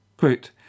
Quote